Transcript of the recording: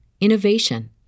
innovation